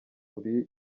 buri